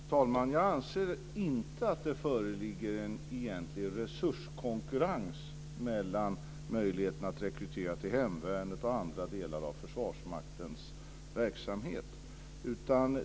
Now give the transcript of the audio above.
Fru talman! Jag anser inte att det föreligger en egentlig resurskonkurrens mellan möjligheterna att rekrytera till hemvärnet och andra delar av Försvarsmaktens verksamhet.